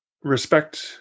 respect